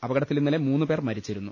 അപകടത്തിൽ ഇന്നലെ മൂന്നുപേർ മരിച്ചിരുന്നു